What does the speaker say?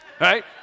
right